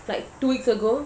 like two weeks ago